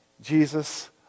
Jesus